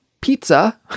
pizza